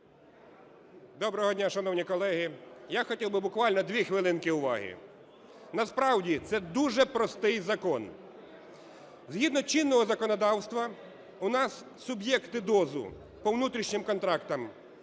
Доброго дня, шановні колеги. Я хотів би буквально 2 хвилинки уваги. Насправді це дуже простий закон. Згідно чинного законодавства у нас суб'єкти ДОЗ по внутрішнім контрактам